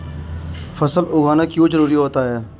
फसल उगाना क्यों जरूरी होता है?